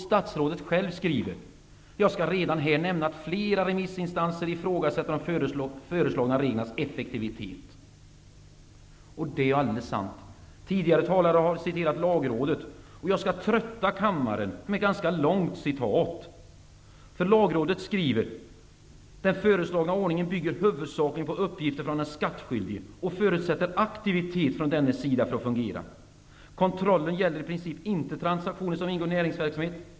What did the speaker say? Statsrådet skriver själv: ''Jag skall redan här nämna att flera remissinstanser ifrågasätter de föreslagna reglernas effektivitet --'' Det är alldeles sant. Tidigare talare har citerat lagrådet. Jag skall trötta kammaren med ett ganska långt citat. Lagrådet skriver: ''Den föreslagna ordningen bygger huvudsakligen på uppgifter från den skattskyldige och förutsätter aktivitet från dennes sida för att fungera. Kontrollen gäller i princip inte transaktioner som ingår i näringsverksamhet.